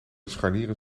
scharnieren